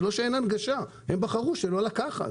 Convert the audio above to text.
זה לא שאין הנגשה, הם בחרו שלא לקחת.